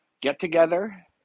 get-together